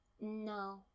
No